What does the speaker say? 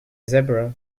zebra